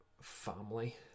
family